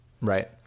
Right